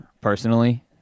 personally